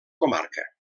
comarca